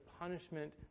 punishment